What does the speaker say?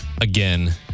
again